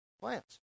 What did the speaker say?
plants